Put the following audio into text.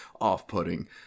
off-putting